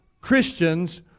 Christians